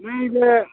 नैबे